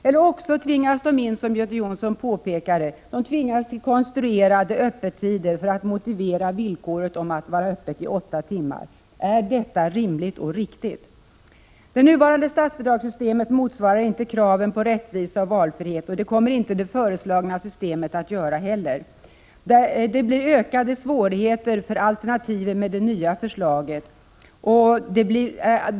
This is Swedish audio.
Eller också tvingas de, som Göte Jonsson påpekade, till konstruerade öppettider för att uppfylla villkoren om att hålla öppet åtta timmar. Är detta rimligt och riktigt? Det nuvarande statsbidragssystemet motsvarar inte kraven på rättvisa och valfrihet. Det föreslagna systemet kommer heller inte att göra det. Det blir ökade svårigheter för den alternativa barnomsorgen med det nya förslaget.